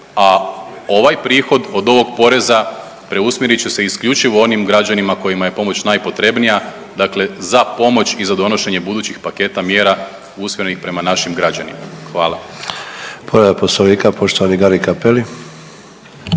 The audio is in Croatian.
a ovaj prihod od ovog poreza preusmjerit će se isključivo onim građanima kojima je pomoć najpotrebnija, dakle za pomoć i za donošenje budućih paketa mjera usmjerenih prema našim građanima, hvala. **Sanader, Ante (HDZ)** Povreda poslovnika poštovani Gari Cappelli.